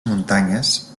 muntanyes